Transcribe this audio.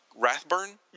Rathburn